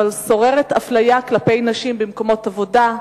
אבל שוררת אפליה כלפי נשים במקומות עבודה,